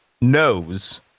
knows